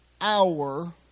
hour